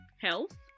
health